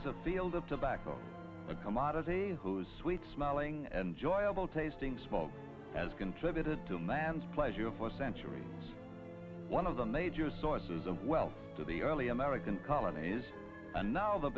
is a field of tobacco a commodity whose sweet smelling enjoyable tasting small has contributed to man's pleasure for centuries one of the major sources of well to the early american colonies and now the